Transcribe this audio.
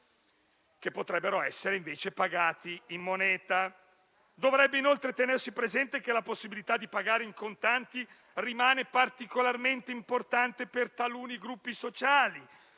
che potrebbero essere, invece, pagati in moneta. Dovrebbe, inoltre, tenersi presente che la possibilità di pagare in contanti rimane particolarmente importante per taluni gruppi sociali,